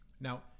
now